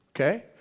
Okay